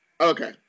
Okay